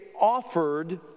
offered